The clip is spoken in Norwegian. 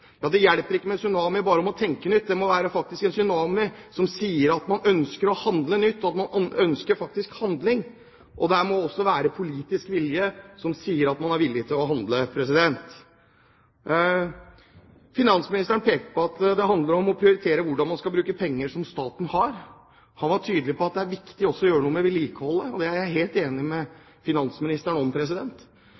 Ja, det hjelper ikke med en tsunami bare om å tenke nytt. Det må være en tsunami som sier at man ønsker å handle nytt, og at man ønsker faktisk handling, og det må også være politisk vilje til å handle. Finansministeren pekte på at det handler om å prioritere hvordan man skal bruke penger som staten har. Han var tydelig på at det er viktig også å gjøre noe med vedlikeholdet, og det er jeg helt enig med